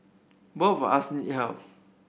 both of us needed help